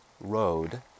Road